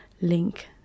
link